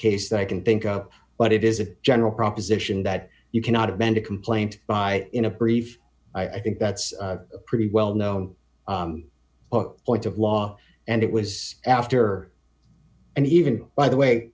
case that i can think up but it is a general proposition that you cannot amended complaint by in a brief i think that's a pretty well known point of law and it was after and even by the way